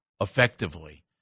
effectively